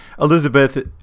Elizabeth